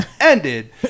ended